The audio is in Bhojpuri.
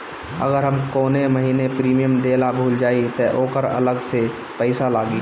अगर हम कौने महीने प्रीमियम देना भूल जाई त ओकर अलग से पईसा लागी?